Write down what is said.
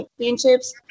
championships